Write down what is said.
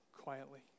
quietly